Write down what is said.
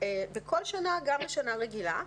בכל שנה, גם בשנה רגילה,